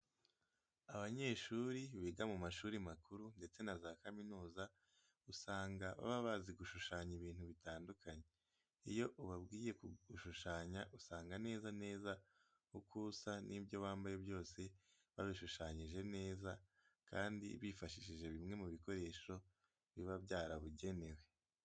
Abanyeshuri biga mu mashuri makuru ndetse na za kaminuza, usanga baba bazi gushushanya ibintu bitandukanye. Iyo ubabwiye kugushushanya usanga neza neza uko usa n'ibyo wambaye byose babishushanyije neza, kandi bifashishije bimwe mu bikoresho biba byarabugenewe.